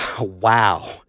Wow